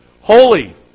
Holy